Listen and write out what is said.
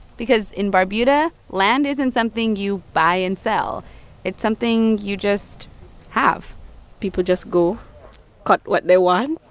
because in barbuda, land isn't something you buy and sell it's something you just have people just go cut what they want,